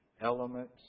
elements